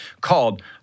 called